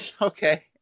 Okay